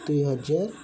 ଦୁଇ ହଜାର